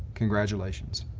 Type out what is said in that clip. congratulations.